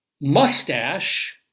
mustache